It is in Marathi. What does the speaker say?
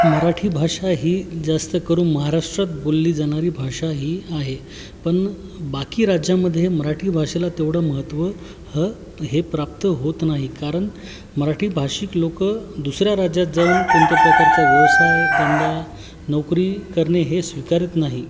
मराठी भाषाही जास्त करून महाराष्ट्रात बोलली जाणारी भाषा ही आहे पण बाकी राज्यामध्ये मराठी भाषेला तेवढं महत्व ह हे प्राप्त होत नाही कारण मराठी भाषिक लोकं दुसऱ्या राज्यात जाऊन कोणत्या प्रकारचा व्यवसाय धंदा नोकरी करणे हे स्वीकारत नाही